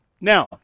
Now